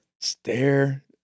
stare